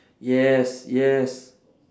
yes yes